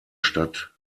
stadt